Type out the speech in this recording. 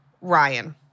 Ryan